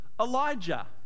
elijah